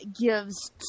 gives